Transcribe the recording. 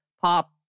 pop